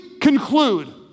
conclude